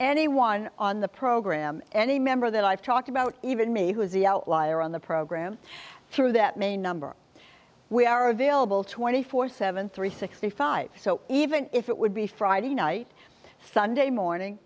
anyone on the program any member that i've talked about even me who is the outlier on the program through that may number we are available twenty four seven three sixty five so even if it would be friday night sunday morning